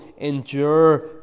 endure